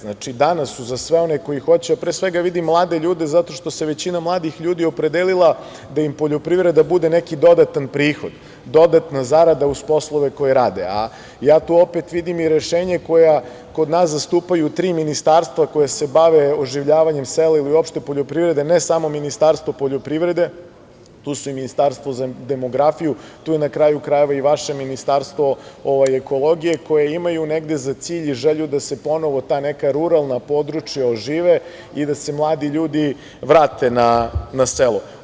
Znači, danas su za sve one koji hoće, a pre svega vidim mlade ljude zato što se većina mladih ljudi opredelila da im poljoprivreda bude neki dodatan prihod, dodatna zarada uz poslove koje rade, a ja tu opet vidim i rešenja koja kod nas zastupaju tri ministarstva koja se bave oživljavanjem sela i uopšte poljoprivrede, ne samo Ministarstvo poljoprivrede, tu su i Ministarstvo za demografiju, tu je na kraju krajeva i vaše Ministarstvo ekologije, koji imaju negde za cilj i želju da se ponovo ta neka ruralna područja ožive i da se mladi ljudi vrate na selo.